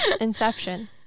inception